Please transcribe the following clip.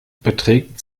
beträgt